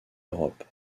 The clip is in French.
europe